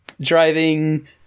driving